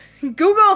Google